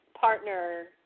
partner